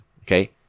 okay